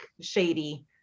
shady